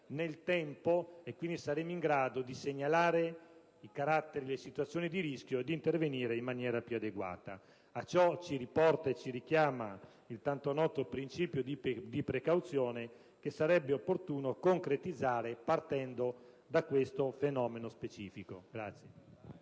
nel tempo e quindi di segnalare i fattori e le situazioni di rischio e di intervenire in maniera più consona e proficua. A ciò ci richiama il tanto noto principio di precauzione che sarebbe opportuno concretizzare, partendo da questo fenomeno specifico.